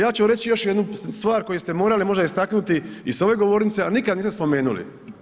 Ja ću reći još jednu stvar koju ste morali možda istaknuti i sa ove govornice ali nikad niste spomenuli.